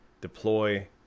deploy